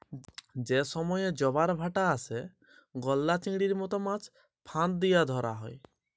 যে সময়ে জবার ভাঁটা আসে, গলদা চিংড়ির মত মাছ ফাঁদ দিয়া ধ্যরা হ্যয়